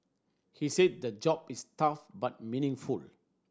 he said the job is tough but meaningful